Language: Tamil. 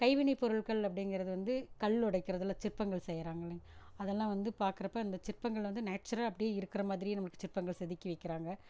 கைவினை பொருள்கள் அப்படிங்கறது வந்து கல்லொடைக்கிறதுல சிற்பங்கள் செய்கிறாங்களிங் அதெல்லாம் வந்து பார்க்றப்ப இந்த சிற்பங்கள் வந்து நேச்சுரா அப்டி இருக்கிற மாதிரியே நம்மளுக்கு சிற்பங்கள் செதுக்கி வைக்கிறாங்க